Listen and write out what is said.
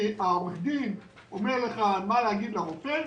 כי העורך דין אומר לך מה להגיד לרופא,